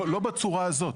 זה לא בצורה הזאת.